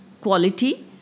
Quality